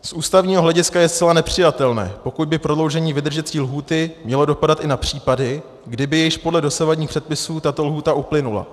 Z ústavního hlediska je zcela nepřijatelné, pokud by prodloužení vydržecí lhůty mělo dopadat i na případy, kdy by již podle dosavadních předpisů tato lhůta uplynula.